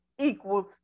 equals